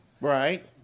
Right